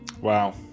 Wow